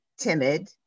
timid